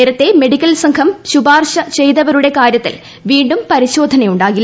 നേരത്തെ മെഡിക്കൽ സംഘം ശൂപ്യൂർശ് ചെയ്തവരുടെ കാര്യത്തിൽ വീണ്ടും പരിശോധനയുണ്ടാക്കില്ല